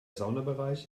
saunabereich